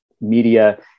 media